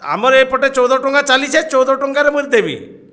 ଆମର ଏପଟେ ଚଉଦ ଟଙ୍କା ଚାଲିଛେ ଚଉଦ ଟଙ୍କାରେ ବୁତେବି